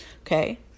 Okay